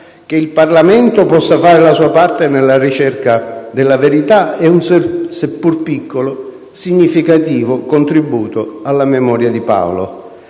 che il Parlamento possa fare la sua parte nella ricerca della verità ed è un seppur piccolo, significativo contributo alla memoria di Paolo.